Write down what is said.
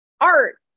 art